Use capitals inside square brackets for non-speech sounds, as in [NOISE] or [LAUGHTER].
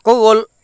[UNINTELLIGIBLE]